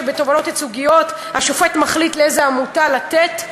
בתובענות ייצוגיות השופט מחליט לאיזו עמותה לתת,